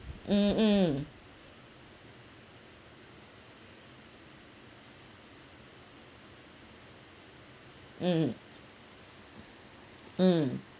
mm mm mm mm